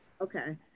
Okay